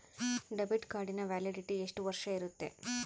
Debit ಕಾರ್ಡಿನ validity ಎಷ್ಟು ವರ್ಷ ಇರುತ್ತೆ?